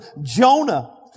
Jonah